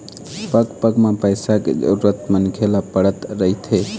पग पग म पइसा के जरुरत मनखे ल पड़त रहिथे